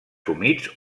humits